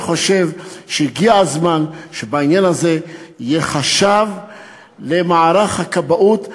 אני חושב שהגיע הזמן שבעניין הזה יהיה חשב למערך הכבאות,